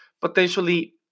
potentially